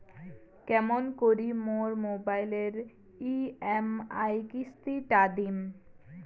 কেমন করি মোর মোবাইলের ই.এম.আই কিস্তি টা দিম?